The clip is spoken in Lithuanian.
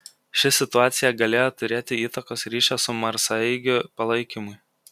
ši situacija galėjo turėti įtakos ryšio su marsaeigiu palaikymui